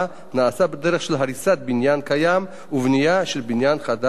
בדרך של הריסת בניין קיים ובנייה של בניין חדש תחתיו.